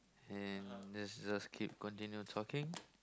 and just just keep continue talking